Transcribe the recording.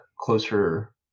closer